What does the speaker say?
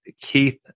Keith